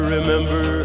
Remember